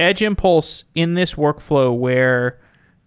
edge impulse in this workflow where